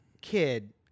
kid